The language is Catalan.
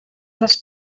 les